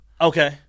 Okay